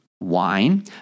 wine